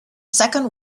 second